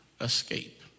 escape